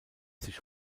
sich